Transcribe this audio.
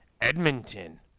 Edmonton